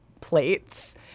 plates